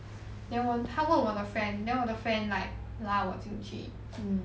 then 我他问我的 friend then 我的 friend like 拉我进去